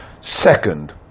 second